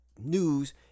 news